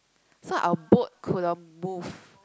so our boat couldn't move